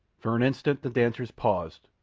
for an instant the dancers paused,